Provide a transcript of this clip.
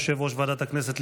יושב-ראש ועדת הכנסת,